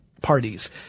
parties